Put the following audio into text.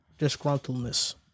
disgruntledness